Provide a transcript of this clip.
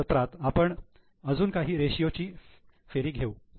पुढच्या सत्रात आपण अजून काही रेषीयो ची फेरी घेऊ